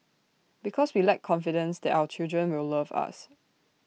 because we lack confidence that our children will love us